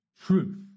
truth